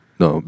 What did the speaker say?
no